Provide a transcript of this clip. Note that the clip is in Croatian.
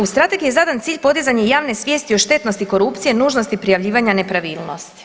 U Strategiji za zadan cilj podizanju javne svijesti o štetnosti korupcije, nužnosti prijavljivanja nepravilnosti.